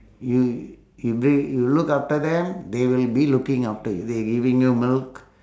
you you bring you look after them they will be looking after you they giving you milk